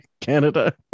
Canada